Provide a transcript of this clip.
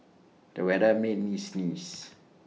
the weather made me sneeze